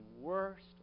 worst